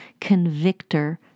convictor